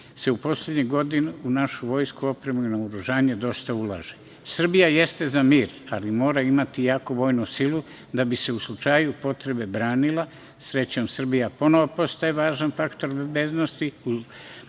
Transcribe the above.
se u poslednjim godinama u našu vojsku, opremu i naoružanje dosta ulaže. Srbija jeste za mir, ali mora imati jaku vojnu silu da bi se u slučaju potrebe branila. Srećom Srbija ponovo postaje važan faktor bezbednosti,